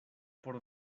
por